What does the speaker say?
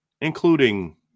including